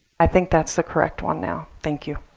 i think that's the correct one now. thank you.